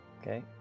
Okay